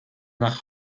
nach